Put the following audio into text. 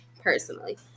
personally